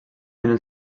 tenir